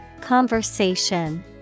Conversation